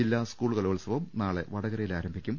ജില്ലാ സ്കൂൾ കലോത്സവം നാളെ വട കരയിൽ ആരംഭിക്കും